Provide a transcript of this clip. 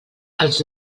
els